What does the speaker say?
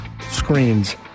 screens